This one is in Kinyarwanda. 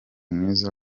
mwiza